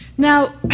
Now